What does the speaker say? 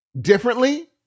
differently